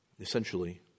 Essentially